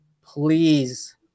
please